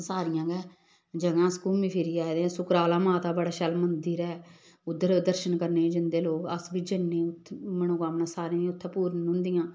सारियां गै जगह अस घूमी फिरी आए दे सुकराला माता बड़ा शैल मंदर ऐ उद्धर दर्शन करने गी जंदे लोक अस बी जन्ने मनोकामना सारें दियां उत्थें पूर्ण होंदियां